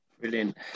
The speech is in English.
Brilliant